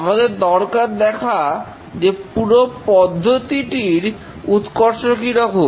আমাদের দরকার দেখা যে পুরো পদ্ধতিটির উৎকর্ষ কিরকম